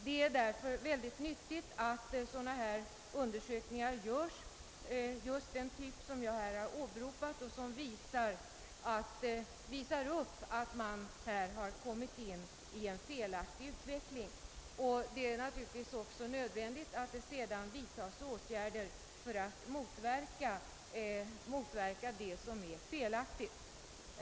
Det är därför nyttigt att det görs undersökningar av just den typ jag åberopade och som visar att man har kommit in i en felaktig utveckling. Det är naturligtvis även nödvändigt att åtgärder vidtas för att motverka det som är felaktigt.